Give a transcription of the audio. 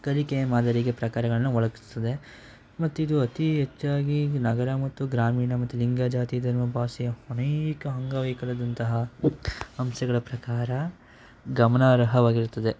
ಕಲಿಕೆಯ ಮಾದರಿಗೆ ಪ್ರಕಾರಗಳನ್ನ ಒಳಗ್ಸ್ತದೆ ಮತ್ತಿದು ಅತಿ ಹೆಚ್ಚಾಗಿ ನಗರ ಮತ್ತು ಗ್ರಾಮೀಣ ಮತ್ತು ಲಿಂಗ ಜಾತಿ ಧರ್ಮ ಭಾಷೆಯ ಅನೇಕ ಅಂಗವೈಕಲ್ಯದಂತಹ ಅಂಶಗಳ ಪ್ರಕಾರ ಗಮನಾರ್ಹವಾಗಿರುತ್ತದೆ